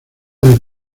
del